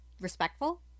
respectful